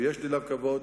ויש לי אליו כבוד,